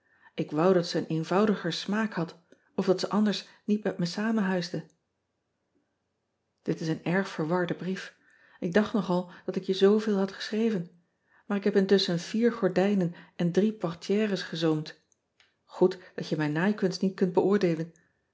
k wou dat ze een eenvoudiger smaak had of dat ze anders niet met me samen huisde it is een erg verwarde brief k dacht nogal dat ik je zooveel had geschreven aar ik heb intusschen vier gordijnen en drie portières gezoomd goed dat je mijn naaikunst niet kunt beoordeelen